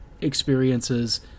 experiences